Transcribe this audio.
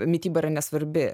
mityba yra nesvarbi